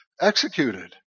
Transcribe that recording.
executed